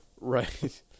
Right